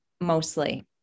mostly